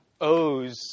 owes